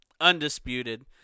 undisputed